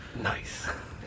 Nice